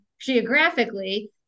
geographically